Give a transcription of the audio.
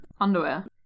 Underwear